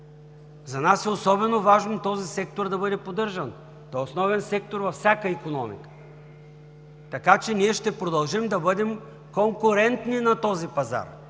За нас е особено важно този сектор да бъде поддържан, той е основен сектор във всяка икономика. Така че ние ще продължим да бъдем конкурентни на този пазар,